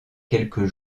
quelques